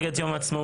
צודק.